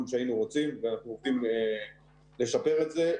שהיינו רוצים ואנחנו עובדים לשפר את זה.